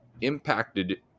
impacted